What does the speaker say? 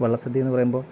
വള്ള സദ്യയെന്നു പറയുമ്പോൾ